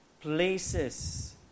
places